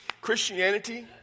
Christianity